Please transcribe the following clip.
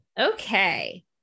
Okay